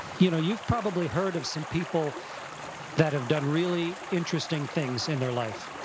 you know you've probably heard of some people that have done really interesting things in their life,